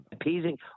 appeasing